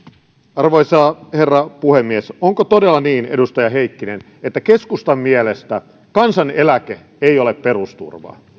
arvoisa herra puhemies onko todella niin edustaja heikkinen että keskustan mielestä kansaneläke ei ole perusturvaa